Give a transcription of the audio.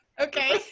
Okay